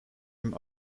him